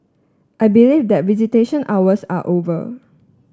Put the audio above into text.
I believe that visitation hours are over